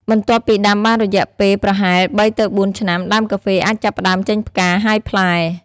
បន្ទាប់ពីដាំបានរយៈពេលប្រហែល ៣ ទៅ ៤ ឆ្នាំ ដើមកាហ្វេអាចចាប់ផ្ដើមចេញផ្កា ហើយផ្លែ។